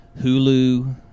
Hulu